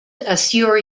assure